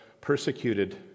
persecuted